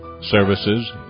services